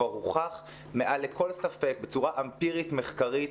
כבר הוכח מעל לכל ספק בצורה אמפירית מחקרית